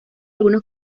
algunos